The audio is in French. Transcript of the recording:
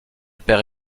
perd